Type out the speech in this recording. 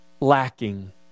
lacking